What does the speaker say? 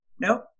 nope